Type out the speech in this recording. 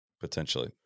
Potentially